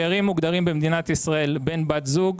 שארים מוגדרים במדינת ישראל בן/בת זוג,